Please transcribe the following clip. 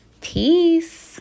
Peace